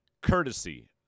courtesy